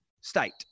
state